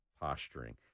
posturing